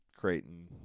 Creighton